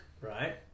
right